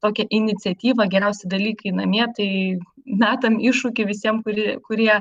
tokią iniciatyvą geriausi dalykai namie tai metam iššūkį visiem kuri kurie